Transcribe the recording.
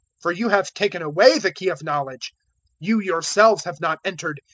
for you have taken away the key of knowledge you yourselves have not entered,